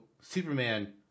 Superman